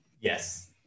Yes